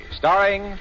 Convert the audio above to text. starring